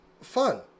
fun